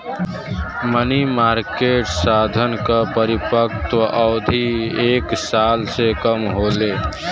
मनी market साधन क परिपक्वता अवधि एक साल से कम होले